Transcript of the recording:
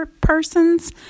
persons